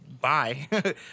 bye